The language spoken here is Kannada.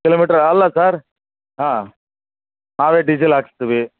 ಕಿಲೋಮಿಟ್ರ್ ಅಲ್ಲ ಸರ್ ಹಾಂ ನಾವೆ ಡೀಸಿಲ್ ಹಾಕಿಸ್ತಿವಿ